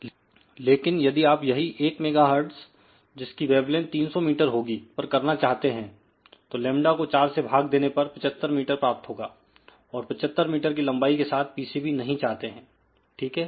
लेकिन यदि आप यही 1 मेगाहर्ट्ज जिसकी वेवलेइंथ 300 मीटर होगी पर करना चाहते हैं तो लेमडा को 4 से भाग देने पर 75 मीटर प्राप्त होगा और आप 75 मीटर की लंबाई के साथ पीसीबी नहीं चाहते हैं ठीक है